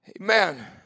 Amen